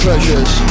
Treasures